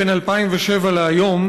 בין 2007 להיום,